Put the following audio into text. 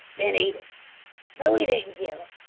than eat it so we didn't kill it.